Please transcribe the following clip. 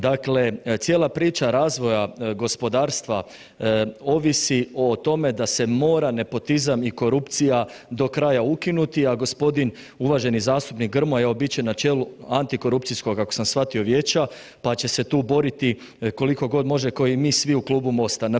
Dakle, cijela priča razvoja gospodarstva ovisi o tome da se mora nepotizam i korupcija do kraja ukinuti, a g. uvaženi zastupnik Grmoja evo bit će na čelu Antikorupcijskog, ako sam shvatio, vijeća, pa će se tu boriti koliko god može, kao mi svi u Klubu MOST-a.